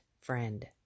friend